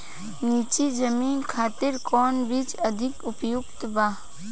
नीची जमीन खातिर कौन बीज अधिक उपयुक्त बा?